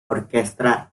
orquesta